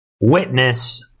witness